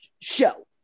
show